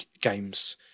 games